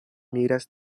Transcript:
migras